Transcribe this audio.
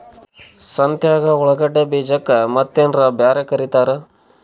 ಸಂತ್ಯಾಗ ಉಳ್ಳಾಗಡ್ಡಿ ಬೀಜಕ್ಕ ಮತ್ತೇನರ ಬ್ಯಾರೆ ಕರಿತಾರ?